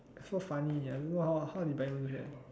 so funny I I don't know how Brian do that